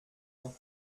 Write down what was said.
ans